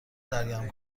سرگرم